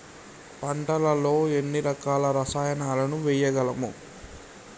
పంటలలో ఎన్ని రకాల రసాయనాలను వేయగలము?